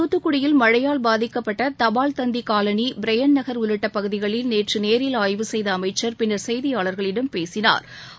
தூத்துக்குடியில் மழையால் பாதிக்கப்பட்ட தபால்தந்தி காலனி பிரையன்ட் நகர் உள்ளிட்ட பகுதிகளில் நேற்று நேரில் ஆய்வு செய்த அமைச்சா் பின்னா் செய்தியாளா்களிடம் பேசினாா்